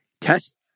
Test